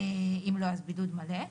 אם לא אז בידוד מלא,